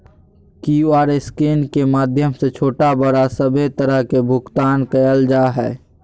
QR scan के माध्यम से छोटा बड़ा सभे तरह के भुगतान कइल जा हइ